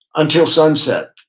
until sunset